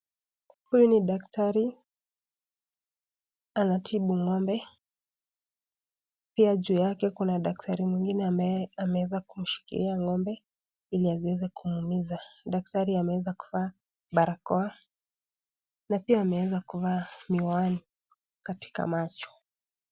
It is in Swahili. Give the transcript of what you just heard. Huyu ni daktari, anatibu ng'ombe, pia juu yake kuna daktari mwingine ameweza kumshikilia ng'ombe, ili asiweze kumuumiza. Daktari ameweza kuvaa barakoa, na pia ameweza kuvaa miwani katika macho.